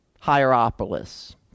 Hierapolis